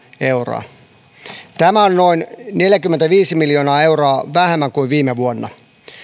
euroa tämä on noin neljäkymmentäviisi miljoonaa euroa vähemmän kuin viime vuonna